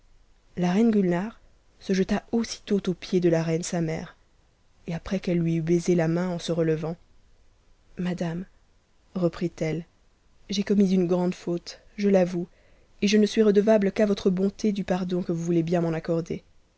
a reine gulnare se jeta aussitôt aux pieds de la reine sa mère et après ei e lui eut baisé la main en se relevant hladame reprit-elle j'ai om'n s une grande faute je l'avoue et je ne suis redevable qu'à votre on ë du pardon que vous voulez bien m'en accorder